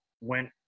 went